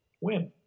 win